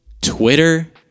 Twitter